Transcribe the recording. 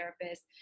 therapist